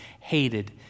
hated